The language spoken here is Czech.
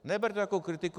Neberte to jako kritiku.